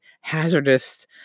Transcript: hazardous